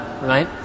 right